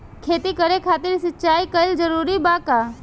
खेती करे खातिर सिंचाई कइल जरूरी बा का?